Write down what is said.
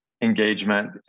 engagement